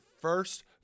first